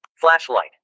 Flashlight